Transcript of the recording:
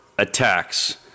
Attacks